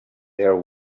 there